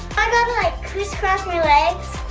i gotta like criss-cross my legs.